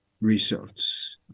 results